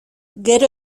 gero